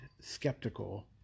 skeptical